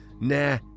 Nah